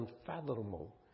unfathomable